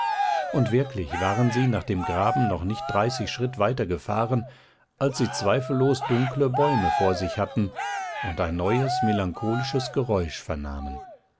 und wirklich waren sie nach dem graben noch nicht dreißig schritt weitergefahren als sie zweifellos dunkle bäume vor sich hatten und ein neues melancholisches geräusch vernahmen